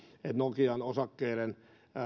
kun nokian osakkeiden